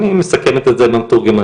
אני מסכמת את זה עם מתורגמנית,